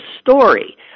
story